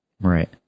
Right